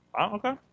Okay